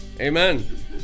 Amen